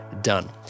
done